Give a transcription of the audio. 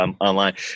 online